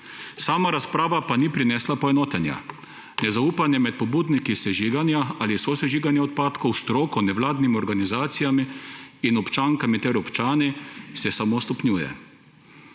sama razprava pa ni prinesla poenotenja. Nezaupanje med pobudniki sežiganja ali sosežiganja odpadkov, stroko, nevladnim organizacijami in občankami ter občani se samo stopnjuje.